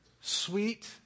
sweet